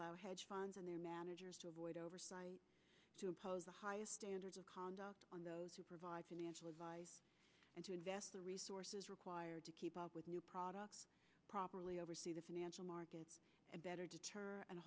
allow hedge funds and their managers to avoid oversight to impose the highest standards of conduct on those who provide financial advice and to invest the resources required to keep up with new products properly oversee the financial markets and